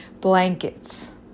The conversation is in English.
blankets